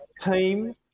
team